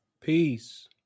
Peace